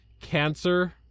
Cancer